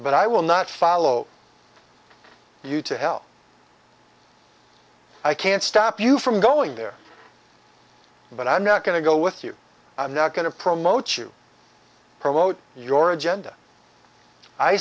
but i will not follow you to hell i can't stop you from going there but i'm not going to go with you i'm not going to promote you promote your agenda i